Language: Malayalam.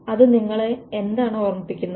അത് നിങ്ങളെ എന്താണ് ഓർമ്മിപ്പിക്കുന്നത്